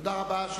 תודה רבה.